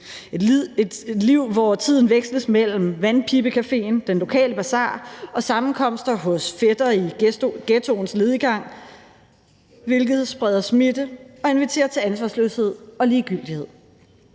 et liv, hvor tiden veksles mellem vandpibecaféen, den lokale basar og sammenkomster hos fætre i ghettoens lediggang, hvilket spreder smitte og inviterer til ansvarsløshed og ligegyldighed.